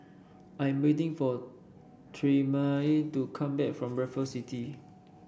I'm waiting for Tremayne to come back from Raffles City